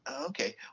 okay